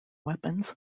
weapons